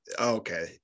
okay